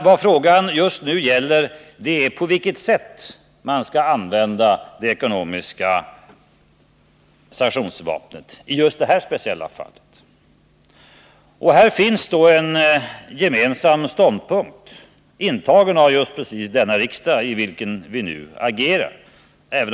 Vad frågan just nu gäller är på vilket sätt man skall använda det ekonomiska sanktionsvapnet i just det här speciella fallet. Här finns en gemensam ståndpunkt, intagen av riksdagen.